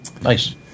Nice